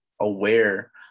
aware